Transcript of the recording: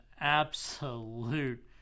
absolute